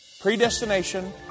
Predestination